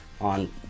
on